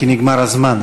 כי נגמר הזמן.